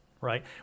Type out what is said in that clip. right